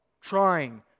trying